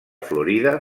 florida